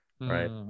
right